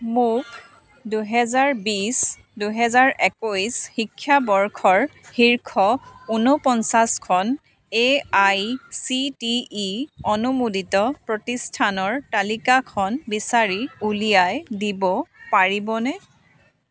মোক দুহেজাৰ বিছ দুহেজাৰ একৈছ শিক্ষাবৰ্ষৰ শীৰ্ষ ঊনপঞ্চাছখন A I C T E অনুমোদিত প্ৰতিষ্ঠানৰ তালিকাখন বিচাৰি উলিয়াই দিব পাৰিবনে